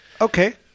Okay